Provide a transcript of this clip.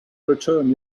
return